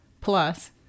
plus